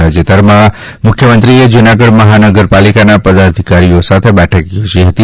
તાજેતરમાં મુખ્યમંત્રીએ જૂનાગઢ મહાનગરપાલિકાના પદાધિકારીઓ સાથે બેઠક થોજી હતી